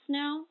now